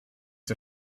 der